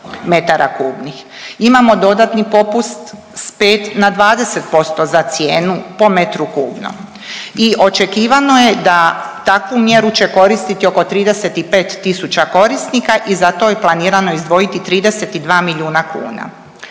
Imamo dodatni popust s 5 na 20% za cijenu po metru kubnom i očekivano je da takvu mjeru će koristiti oko 35 tisuća korisnika i za to je planirano izdvojiti 32 milijuna kuna.